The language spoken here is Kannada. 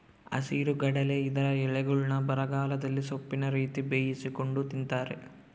ಹಸಿರುಗಡಲೆ ಇದರ ಎಲೆಗಳ್ನ್ನು ಬರಗಾಲದಲ್ಲಿ ಸೊಪ್ಪಿನ ರೀತಿ ಬೇಯಿಸಿಕೊಂಡು ತಿಂತಾರೆ